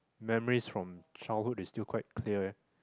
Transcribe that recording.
memories from childhood is still quite clear ah